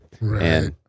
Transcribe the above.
Right